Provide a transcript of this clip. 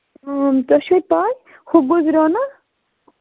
اۭں تۄہہِ چھِوا پاے ہُہ گُزریو نا